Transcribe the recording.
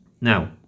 now